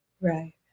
Right